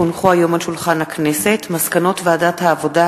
כי הונחו היום על שולחן הכנסת מסקנות ועדת העבודה,